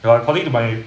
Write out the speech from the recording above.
ya according to my